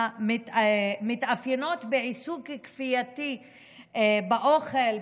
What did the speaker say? המתאפיינות בעיסוק כפייתי באוכל,